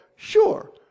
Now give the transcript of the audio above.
Sure